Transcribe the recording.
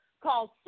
called